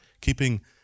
keeping